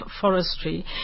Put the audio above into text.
Forestry